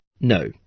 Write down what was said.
no